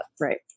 right